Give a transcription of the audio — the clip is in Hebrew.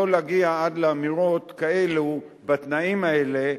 לא להגיע עד לאמירות כאלו בתנאים האלה,